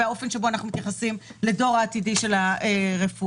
האופן שבו אנחנו מתייחסים לדור העתידי של הרפואה.